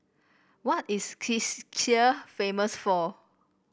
what is Czechia famous for